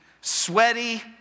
sweaty